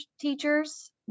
teachers